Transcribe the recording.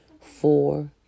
four